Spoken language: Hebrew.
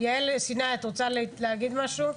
יעל סיני, את רוצה להגיד משהו?